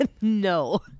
No